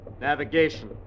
Navigation